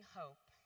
hope